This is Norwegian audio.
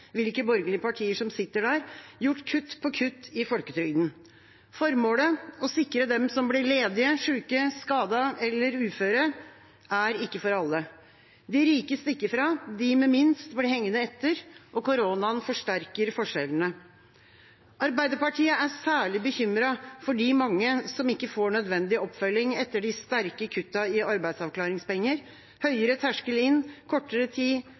hvilke borgerlige partier som sitter der, gjort kutt på kutt i folketrygden. Formålet – å sikre dem som blir ledige, syke, skadet eller uføre – er ikke for alle. De rike stikker fra. De med minst blir hengende etter, og koronaen forsterker forskjellene. Arbeiderpartiet er særlig bekymret for de mange som ikke får nødvendig oppfølging etter de sterke kuttene i arbeidsavklaringspenger – høyere terskel inn, kortere tid,